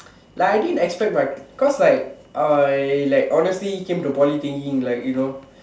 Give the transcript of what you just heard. like I didn't expect my cause like I like honestly came to Poly thinking that you know